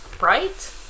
right